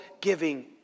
giving